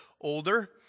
older